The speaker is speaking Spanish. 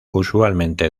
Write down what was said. usualmente